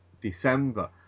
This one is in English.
December